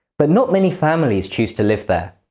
but not many families choose to live here.